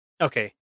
okay